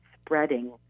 spreading